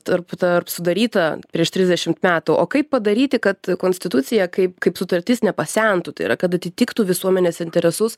tarp tarp sudaryta prieš trisdešimt metų o kaip padaryti kad konstitucija kaip kaip sutartis nepasentų tai yra kad atitiktų visuomenės interesus